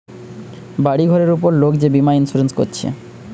বাড়ি ঘরের উপর লোক যে বীমা ইন্সুরেন্স কোরছে